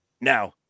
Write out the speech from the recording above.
Now